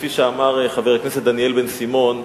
כפי שאמר חבר הכנסת דניאל בן-סימון,